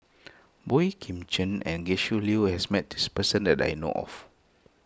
Boey Kim Cheng and Gretchen Liu has met this person that I know of